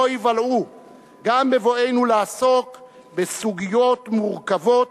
ייבלעו גם בבואנו לעסוק בסוגיות מורכבות,